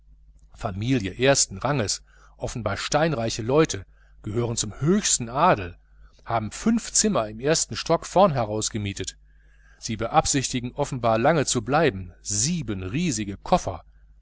familie ersten rangs offenbar steinreiche leute gehören zur feinsten aristokratie haben fünf zimmer im ersten stock vorn heraus gemietet sie beabsichtigen offenbar lange zu bleiben sieben riesige koffer